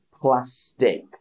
plastic